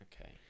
Okay